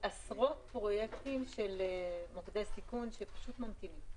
יש בנת"י עשרות פרויקטים של מקדי סיכון שפשוט ממתינים.